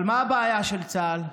אבל מה הבעיה של צה"ל?